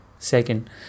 Second